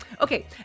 Okay